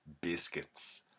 biscuits